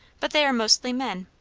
but they are mostly men.